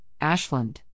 Ashland